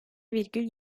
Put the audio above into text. virgül